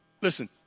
listen